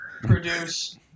produce